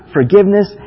Forgiveness